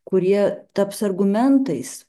kurie taps argumentais